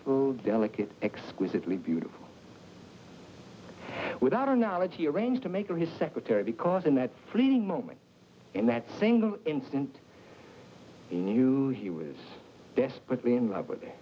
whose delicate exquisitely beautiful without her knowledge he arranged to make her his secretary because in that fleeting moment in that single instant he knew he was desperately in love with